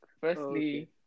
firstly